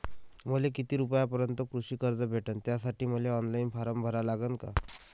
मले किती रूपयापर्यंतचं कृषी कर्ज भेटन, त्यासाठी मले ऑनलाईन फारम भरा लागन का?